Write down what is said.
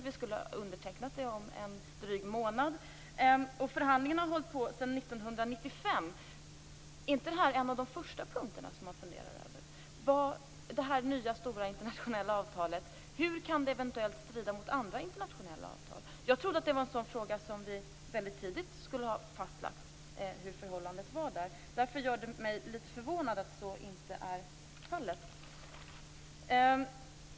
Vi skulle ha undertecknat det om en dryg månad, och förhandlingarna har hållit på sedan 1995. Är inte det här en av de första punkterna man funderar över? Funderar man inte över hur det här nya stora internationella avtalet eventuellt kan strida mot andra internationella avtal? Jag trodde att det var en fråga som vi väldigt tidigt skulle ha fastlagt, hur förhållandet är. Därför gör det mig litet förvånad att så inte är fallet.